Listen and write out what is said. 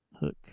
hook